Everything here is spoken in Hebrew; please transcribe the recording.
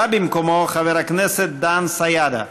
בא במקומו חבר הכנסת סן סידה.